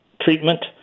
treatment